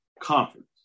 conference